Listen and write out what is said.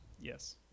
Yes